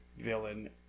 villain